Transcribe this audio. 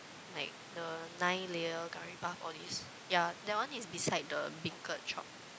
like the nine layer curry puff all these yeah that one is beside the beancurd shop